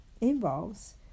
involves